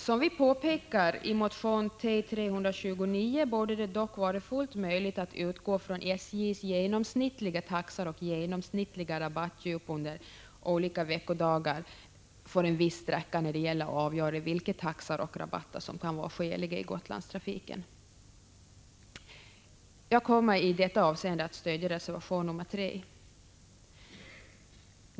Som vi påpekar i motion 329 borde det dock vara fullt möjligt att utgå från SJ:s genomsnittliga taxor och genomsnittliga rabattdjup under olika veckodagar för en viss sträcka när det gäller att avgöra vilka taxor och rabatter som kan vara skäliga i Gotlandstrafiken. Jag kommer i detta avseende att stödja reservation 3.